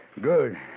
Good